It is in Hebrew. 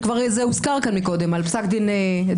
וזה כבר הוזכר כאן קודם, על פסק דין אדוארדו,